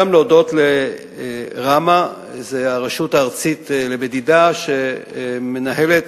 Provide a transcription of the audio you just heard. גם להודות לראמ"ה, זו הרשות הארצית למדידה, שמנהלת